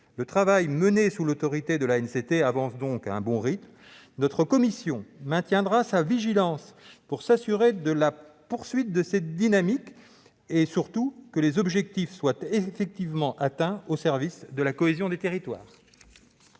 le travail mené sous l'autorité de l'ANCT avance donc à un bon rythme. Notre commission maintiendra sa vigilance pour s'assurer de la poursuite de cette dynamique et, surtout, veillera à ce que les engagements pris au service de la cohésion des territoires